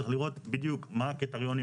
צריך לראות בדיוק מה הקריטריונים,